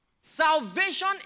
Salvation